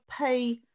pay